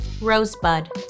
Rosebud